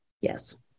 yes